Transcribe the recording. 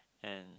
and